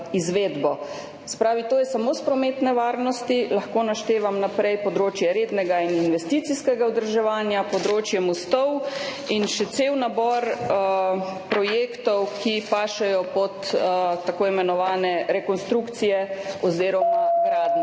izvedbo. To je samo iz prometne varnosti. Lahko naprej naštevam področje rednega in investicijskega vzdrževanja, področje mostov in še cel nabor projektov, ki pašejo pod tako imenovane rekonstrukcije oziroma gradnje.